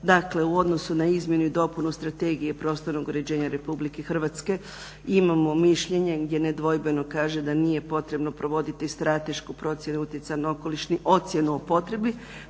Dakle u odnosu na izmjenu i dopunu Strategije prostornog uređenja RH imamo mišljenje gdje nedvojbeno kaže da nije potrebno provoditi stratešku procjenu utjecaja na okoliš ni ocjenu o potrebi